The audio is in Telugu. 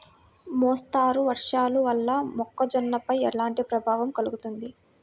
మోస్తరు వర్షాలు వల్ల మొక్కజొన్నపై ఎలాంటి ప్రభావం కలుగుతుంది?